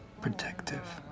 protective